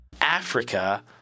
Africa